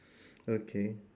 okay